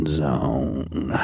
zone